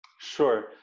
sure